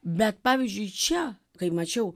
bet pavyzdžiui čia kai mačiau